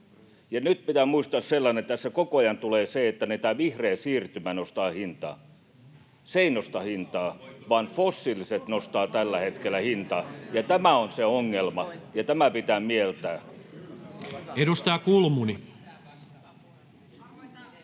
nyt pitää muistaa sellainen, kun tässä koko ajan tulee se, että tämä vihreä siirtymä nostaa hintaa, [Perussuomalaisten ryhmästä: Nostaako se hintoja?] että se ei nosta hintaa, vaan fossiiliset nostavat tällä hetkellä hintaa. Tämä on se ongelma, ja tämä pitää mieltää. Edustaja Kulmuni. Arvoisa